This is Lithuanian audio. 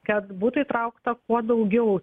kad būtų įtraukta kuo daugiau